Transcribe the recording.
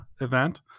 event